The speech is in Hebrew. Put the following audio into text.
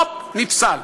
הופ, נפסל.